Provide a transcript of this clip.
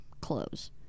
clothes